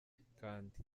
kandi